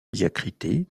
diacritée